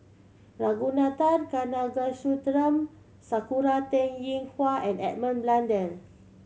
Ragunathar Kanagasuntheram Sakura Teng Ying Hua and Edmund Blundell